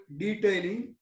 detailing